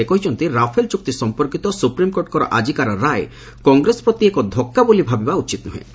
ସେ କହିଛନ୍ତି ରାଫେଲ ଚୁକ୍ତି ସମ୍ପର୍କିତ ସୁପ୍ରିମକୋର୍ଟଙ୍କ ଆଜିକାର ରାୟ କଂଗ୍ରେସ ପ୍ରତି ଏକ ଧକ୍କା ବୋଲି ଭାବିବା ଉଚିତ ନୁହେଁ